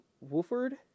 Wolford